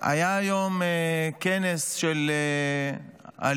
היה היום כנס על אלימות.